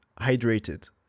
hydrated